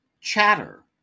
Chatter